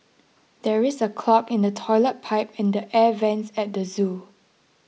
there is a clog in the Toilet Pipe and the Air Vents at the zoo